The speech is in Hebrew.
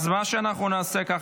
אנחנו נעשה כך,